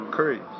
curry